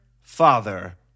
Father